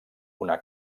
una